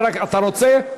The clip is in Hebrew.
אתה רוצה?